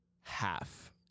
half